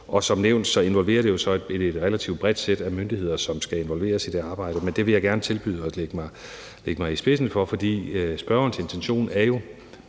Som nævnt involverer det jo så et relativt bredt sæt af myndigheder, som skal involveres i det arbejde, men jeg vil gerne tilbyde at lægge mig i spidsen for det. For spørgerens intention er jo